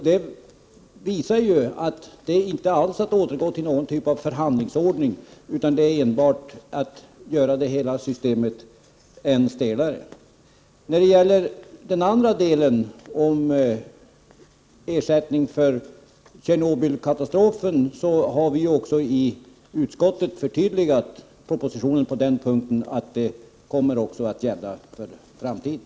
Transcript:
Det visar att det inte alls är fråga om att återgå till någon typ av förhandlingsordning utan enbart om att göra hela systemet än stelare. När det gäller ersättning för Tjernobylkatastrofen har utskottet förtydligat propositionen på den punkten, så att ersättning kommer att utgå också i framtiden.